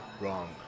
wrong